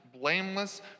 blameless